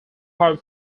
their